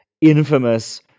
infamous